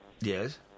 Yes